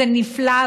זה נפלא,